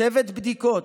צוות בדיקות,